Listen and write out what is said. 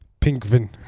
Pinkvin